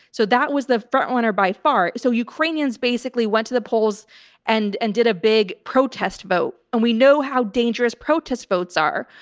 so that was the frontrunner by far. so ukrainians basically went to the polls and and did a big protest vote and we know how dangerous protest votes are.